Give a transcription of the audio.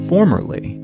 Formerly